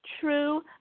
true